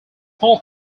small